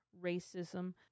racism